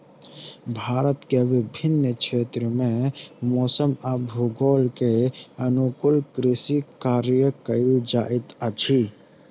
भारत के विभिन्न क्षेत्र में मौसम आ भूगोल के अनुकूल कृषि कार्य कयल जाइत अछि